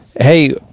hey